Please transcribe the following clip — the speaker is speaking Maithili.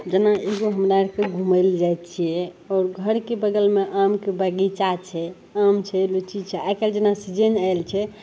जेना एगो हमे आओरके घुमै ले जाइ छिए ओ घरके बगलमे आमके बगीचा छै आम छै लिच्ची छै आइकाल्हि जेना सीजन आएल छै